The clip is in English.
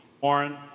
Warren